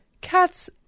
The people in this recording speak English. Cats